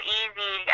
easy